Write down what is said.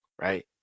right